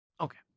Okay